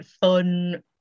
fun